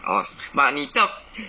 orh but 你不要